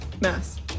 Mass